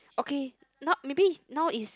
okay not maybe now is